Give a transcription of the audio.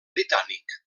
britànic